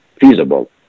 feasible